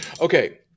Okay